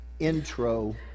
intro